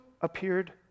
appeared